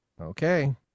okay